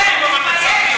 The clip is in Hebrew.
לא שומעים, אבל מצפים.